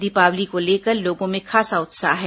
दीपावली को लेकर लोगों में खासा उत्साह है